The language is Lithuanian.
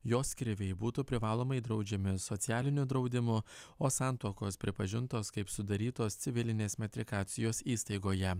jos kriviai būtų privalomai draudžiami socialiniu draudimu o santuokos pripažintos kaip sudarytos civilinės metrikacijos įstaigoje